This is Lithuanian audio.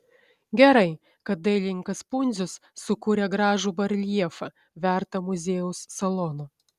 gerai kad dailininkas pundzius sukūrė gražų bareljefą vertą muziejaus salono